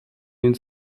den